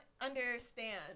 understand